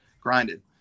grinded